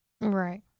Right